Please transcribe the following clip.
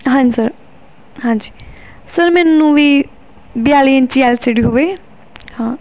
ਹਾਂਜੀ ਸਰ ਹਾਂਜੀ ਮੈਨੂੰ ਵੀ ਬਿਆਲੀ ਇੰਚੀ ਐਲ ਸੀ ਡੀ ਹੋਵੇ ਹਾਂ